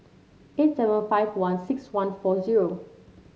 eight seven five one six one four zero